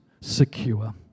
secure